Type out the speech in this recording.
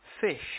fish